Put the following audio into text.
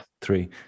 three